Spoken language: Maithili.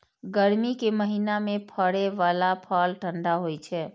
गर्मी के महीना मे फड़ै बला फल ठंढा होइ छै